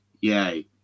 yay